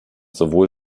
sowohl